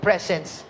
Presence